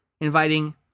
inviting